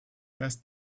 best